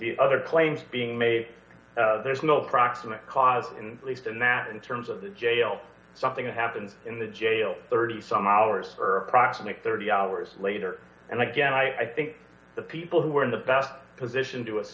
the other claims being made there's no proximate cause in the least and that in terms of the jail something that happens in the jail thirty some hours or approximate thirty hours later and again i think the people who are in the best position to